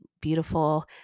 beautiful